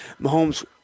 Mahomes